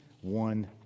one